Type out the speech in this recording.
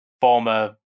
Former